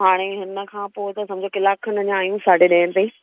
हाणे हिन खां पोइ त समिझो कलाकु खनि अञा आहियूं साॾे ॾहनि ताईं